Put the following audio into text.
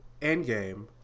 Endgame